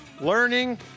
learning